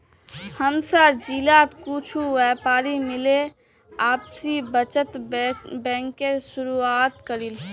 हमसार जिलात कुछु व्यापारी मिले आपसी बचत बैंकेर शुरुआत करील